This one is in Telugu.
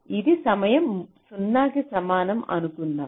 ఇది సమయం 0 కి సమానం అనుకుందాం